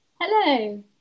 Hello